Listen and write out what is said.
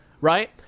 right